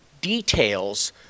details